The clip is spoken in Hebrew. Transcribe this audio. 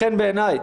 לכן בעיניי,